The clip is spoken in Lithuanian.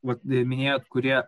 vat minėjot kurie